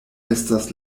estas